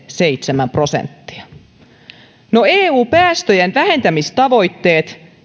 seitsemän prosenttia eu päästöjen vähentämistavoitteet